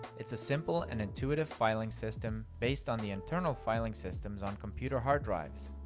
it's a simple and intuitive filing system based on the internal filing systems on computer hard drives.